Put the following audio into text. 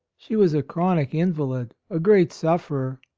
she was a chronic invalid, a great sufferer.